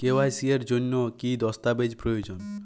KYC এর জন্যে কি কি দস্তাবেজ প্রয়োজন?